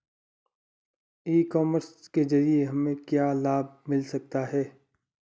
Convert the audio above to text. E commerce के ज़रिए हमें क्या क्या लाभ मिल सकता है?